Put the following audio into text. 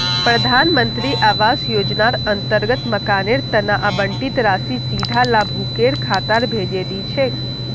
प्रधान मंत्री आवास योजनार अंतर्गत मकानेर तना आवंटित राशि सीधा लाभुकेर खातात भेजे दी छेक